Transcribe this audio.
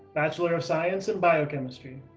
bachelor of science in biochemistry.